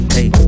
Hey